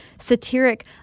satiric